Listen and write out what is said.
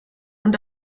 und